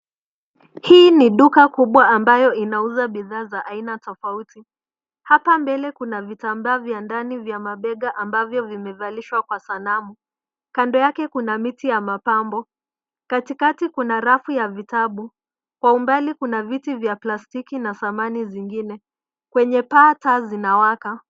Hii ni duka kubwa ambayo inauza bidha za aina tofauti. Hapa mbele kuna vitambaa vya ndani vya mabega ambavyo vimevalishwa kwa sanamu, kando yake kuna miti ya mapambo, Katikati kuna rafu ya vitabu. Kwa umbali kuna viti vya plastiki na samani zingine. Kwenye paa, taa zinawaka.